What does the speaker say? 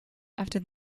after